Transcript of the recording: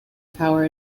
power